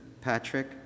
Patrick